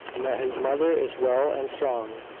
and that his mother is well and strong,